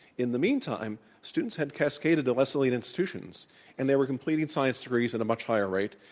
in the meantime, students had cascaded to less elite institutions and they were completing science degrees at a much higher rate.